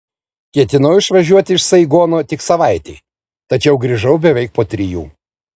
ketinau išvažiuoti iš saigono tik savaitei tačiau grįžau beveik po trijų